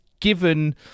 given